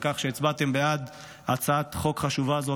על כך שהצבעתם בעד הצעת חוק חשובה זו,